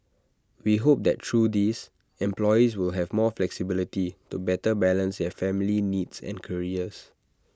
we hope that through these employees will have more flexibility to better balance their family needs and careers